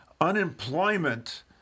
Unemployment